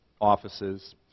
offices